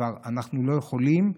כבר אנחנו לא יכולים.